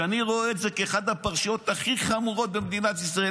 אני רואה את זה כאחת הפרשיות הכי חמורות במדינת ישראל,